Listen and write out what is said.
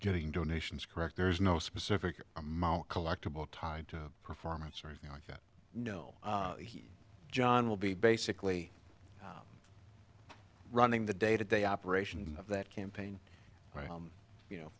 getting donations correct there's no specific amount collectible tied to performance or anything like that no john will be basically running the day to day operation of that campaign you know